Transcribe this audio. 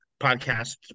podcasts